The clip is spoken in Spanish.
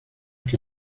que